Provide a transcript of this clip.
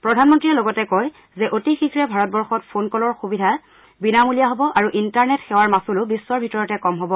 প্ৰধানমন্ত্ৰীয়ে লগতে কয় যে অতি শীঘ্ৰে ভাৰতবৰ্ষত ফোন কলৰ সুবিধা বিনামূলীয়া হ'ব আৰু ইণ্টাৰনেট সেৱাৰ মাচুলো বিশ্বৰ ভিতৰতে কম হব